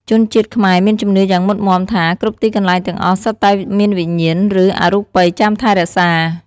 ជនជាតិខ្មែរមានជំនឿយ៉ាងមុតមាំថា គ្រប់ទីកន្លែងទាំងអស់សុទ្ធតែមានវិញ្ញាណ ឬអរូបិយចាំថែរក្សា។